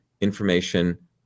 information